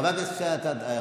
חברת הכנסת תמנו,